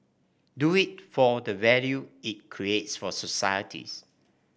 do it for the value it creates for societies